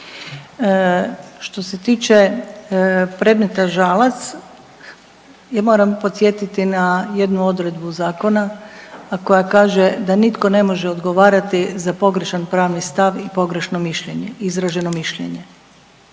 Što se tiče predmeta Žalac ja moram podsjetiti na jednu odredbu zakona, a koja kaže da nitko ne može odgovarati za pogrešan pravni stav i pogrešno mišljenje, izražen mišljenje.